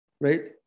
right